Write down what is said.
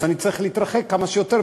אני צריך להתרחק כמה שיותר,